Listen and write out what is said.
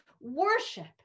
worship